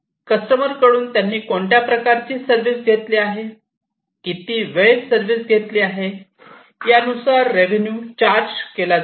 customer कडून त्यांनी कोणत्या प्रकारचे सर्विस घेतली किती वेळ सर्विस घेतले यानुसार रेवेन्यू चार्ज केला जातो